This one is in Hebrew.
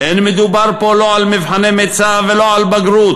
לא מדובר פה לא על מבחני מיצ"ב ולא על בגרות,